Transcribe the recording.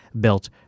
built